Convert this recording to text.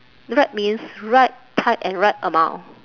right means right type and right amount